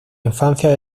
infancia